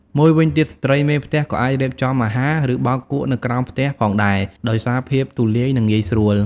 មួយវិញទៀត ស្ត្រីមេផ្ទះក៏អាច រៀបចំអាហារ ឬ បោកគក់ នៅក្រោមផ្ទះផងដែរ ដោយសារភាពទូលាយ និងងាយស្រួល ។